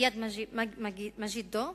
ליד מגידו,